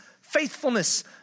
faithfulness